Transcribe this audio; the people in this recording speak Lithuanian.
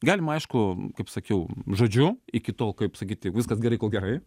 galima aišku kaip sakiau žodžiu iki tol kaip sakyti viskas gerai kol gerai